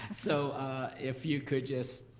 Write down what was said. so if you could just,